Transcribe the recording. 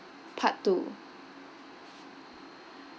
part two